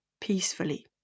peacefully